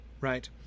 right